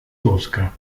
tosca